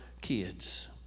kids